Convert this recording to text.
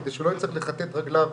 כדי שהוא לא יצטרך לכתת רגליו